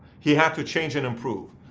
he had to change and improve.